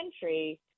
country